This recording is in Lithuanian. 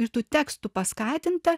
ir tų tekstų paskatinta